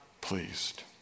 pleased